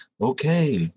Okay